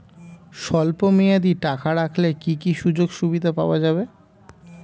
স্বল্পমেয়াদী টাকা রাখলে কি কি সুযোগ সুবিধা পাওয়া যাবে?